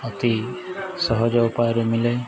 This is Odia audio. ଅତି ସହଜ ଉପାୟରେ ମିଳେ